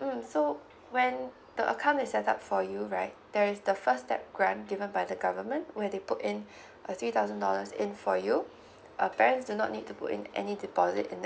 mm so when the account is set up for you right there is the first step grant given by the government where they put in a three thousand dollars in for you uh parents do not need to put in any deposit in that